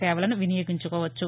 సేవలను వినియోగించుకోవచ్చు